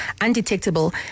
Undetectable